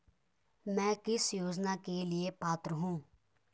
मैं किस योजना के लिए पात्र हूँ?